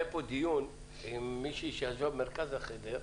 היה פה דיון עם מישהי שישבה במרכז החדר,